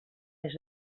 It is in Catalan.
més